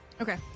Okay